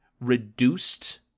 reduced